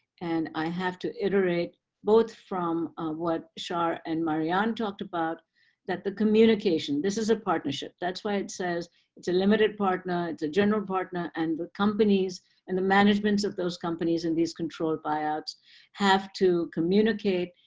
and i have to iterate both from what shar and marianne talked about that the communication this is a partnership, that's why it says it's a limited partner, it's a general partner. and the companies and the management of those companies in these controlled buyouts have to communicate.